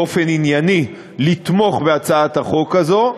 באופן ענייני, לתמוך בהצעת החוק הזאת.